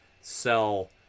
sell